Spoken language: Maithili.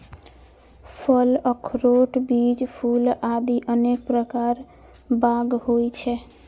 फल, अखरोट, बीज, फूल आदि अनेक प्रकार बाग होइ छै